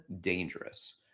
dangerous